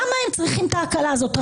למה הם צריכים את ההקלה הזאת?